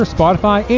Spotify